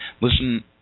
listen